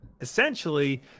Essentially